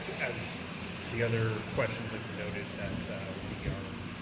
as the other questions have noted that we are,